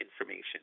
information